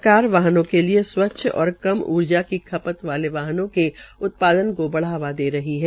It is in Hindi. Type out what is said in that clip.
सरकार वाहनों के लिए स्वच्द और कम ऊर्जा की खपत वाले वाहनों के उत्पादन को बढ़ावा दे रही है